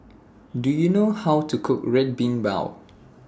Do YOU know How to Cook Red Bean Bao